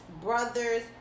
brothers